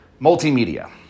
multimedia